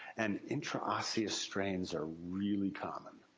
and, intra-osseous strains are really common.